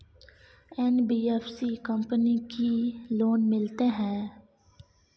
NBFC company की loan मिलते है?